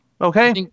Okay